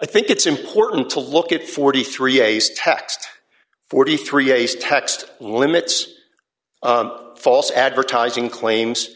i think it's important to look at forty three a's text forty three a's text limits false advertising claims